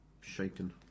shaken